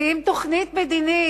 שים תוכנית מדינית.